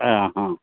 ಹಾಂ ಹಾಂ